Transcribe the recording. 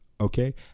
okay